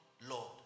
Lord